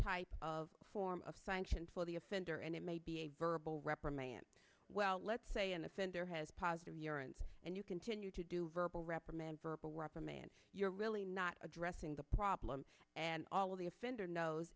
type of form of sanctions for the offender and it may be a verbal reprimand well let's say an offender has positive urines and you continue to do verbal reprimand verbal reprimand you're really not addressing the problem and all the offender kno